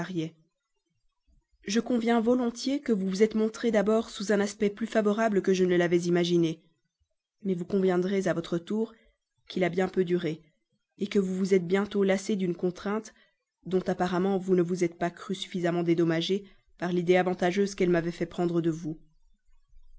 je conviens volontiers que vous vous êtes montré d'abord sous un aspect plus favorable que je ne l'avais imaginé mais vous conviendrez à votre tour qu'il a bien peu duré que vous vous êtes bientôt lassé d'une contrainte dont apparemment vous ne vous êtes pas cru suffisamment dédommagé par l'idée avantageuse qu'elle m'avait fait prendre de vous